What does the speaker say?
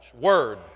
word